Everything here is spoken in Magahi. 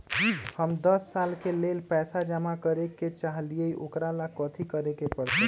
हम दस साल के लेल पैसा जमा करे के चाहईले, ओकरा ला कथि करे के परत?